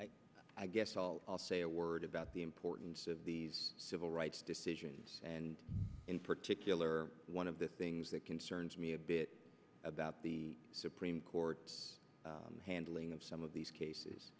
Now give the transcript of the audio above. perfect i guess all i'll say a word about the importance of these civil rights decisions and in particular one of the things that concerns me a bit about the supreme court handling of some of these cases